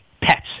Pets